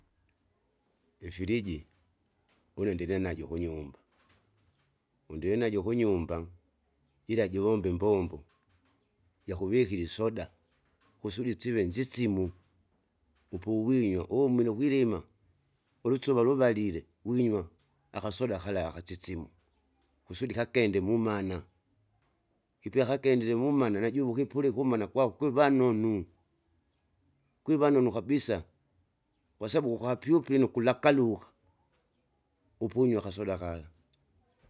Ifiriji, une ndilinajo kunyumba, vondilinajo kunyumba, ila jivomba imbombo, jakuvikira isoda kusudi sive nzisimu, upuwinywa umile ukwilima, ulusuva luvalile winywa, akasoda kala akasisimu. Kusudi kakende mumana, kipya kakendile mumana najuve ukipuli kumana kwako kwivanunu, kwiva nunu kabisa, kwasabu kukapyupi nukulakaluka, upu unywe akasoda kala.